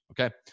Okay